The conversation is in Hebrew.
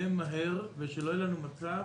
לשלם מהר ושלא יהיה לנו מצב